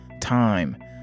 time